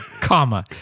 Comma